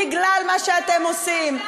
בגלל מה שאתם עושים.